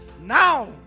now